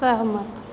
सहमत